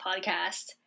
podcast